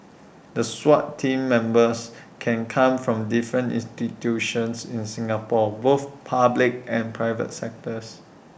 the 'Swat team' members can come from different institutions in Singapore both public and private sectors